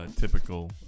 typical